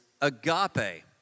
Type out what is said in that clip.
agape